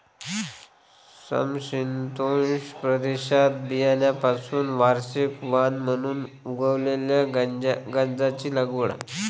समशीतोष्ण प्रदेशात बियाण्यांपासून वार्षिक वाण म्हणून उगवलेल्या गांजाची लागवड